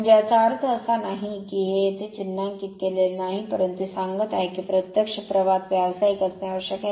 म्हणजे याचा अर्थ असा नाही की ही येथे चिन्हांकित केलेली नाही परंतु हे सांगत आहे की प्रत्यक्ष प्रवाहात व्यावसायिक असणे आवश्यक आहे